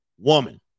woman